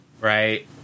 right